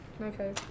Okay